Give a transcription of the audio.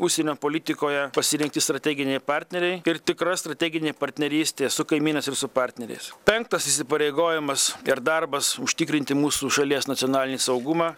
užsienio politikoje pasirinkti strateginiai partneriai ir tikra strateginė partnerystė su kaimynais ir su partneriais penktas įsipareigojimas ir darbas užtikrinti mūsų šalies nacionalinį saugumą